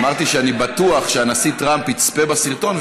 אמרתי שאני בטוח שהנשיא טראמפ יצפה בסרטון,